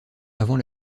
avant